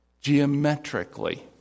geometrically